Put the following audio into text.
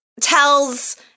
tells